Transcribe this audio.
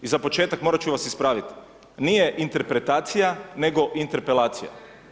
I za početak morat ću vas ispraviti, nije interpretacija nego interpelacija.